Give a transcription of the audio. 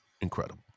incredible